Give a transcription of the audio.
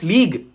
League